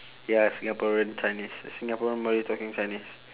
ya singaporean chinese singaporean malay talking chinese